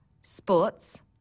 sports